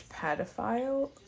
pedophile